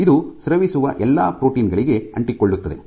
ಇದು ಸ್ರವಿಸುವ ಎಲ್ಲಾ ಪ್ರೋಟೀನ್ ಗಳಿಗೆ ಅಂಟಿಕೊಳ್ಳುತ್ತದೆ